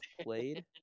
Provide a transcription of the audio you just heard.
played